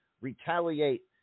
retaliate